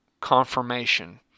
confirmation